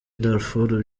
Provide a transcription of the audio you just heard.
darfour